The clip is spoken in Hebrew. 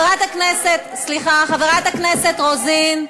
סליחה, חברת הכנסת רוזין.